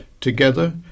together